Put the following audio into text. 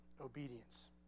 obedience